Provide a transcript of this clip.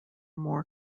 more